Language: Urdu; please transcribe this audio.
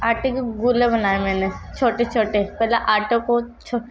آٹے کی گولہ بنایا میں نے چھوٹے چھوٹے پہلے آٹا کو